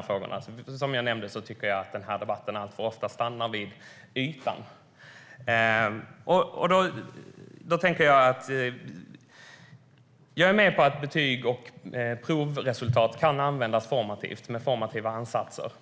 på djupet. Som jag nämnde tycker jag att den här debatten alltför ofta stannar vid ytan. Jag är med på att betyg och provresultat kan användas med formativa ansatser.